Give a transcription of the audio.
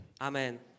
Amen